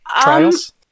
trials